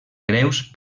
greus